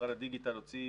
משרד הדיגיטל הוציא